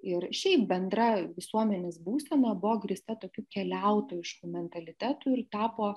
ir šiaip bendra visuomenės būsena buvo grįsta tokiu keliautojišku mentalitetu ir tapo